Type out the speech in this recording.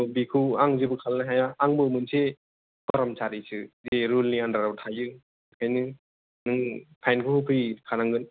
थ बेखौ आं जेबो खालायनो हाया आंबो मोनसे कारमचारि सो बे रुलनि अण्डारआव थायो आंखायनो नों फाइनखौ होफैखानांगोन